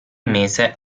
mese